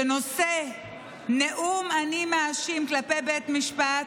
שנושא נאום "אני מאשים" כלפי בית משפט,